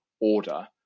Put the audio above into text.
order